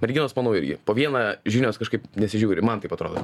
merginos manau irgi po vieną žinios kažkaip nesižiūri man taip atrodo